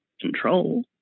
control